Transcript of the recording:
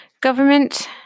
government